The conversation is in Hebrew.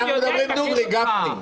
אנחנו מדברים דוגרי, גפני.